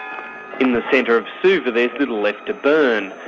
in the centre of suva, there's little left to burn,